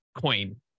coin